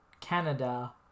Canada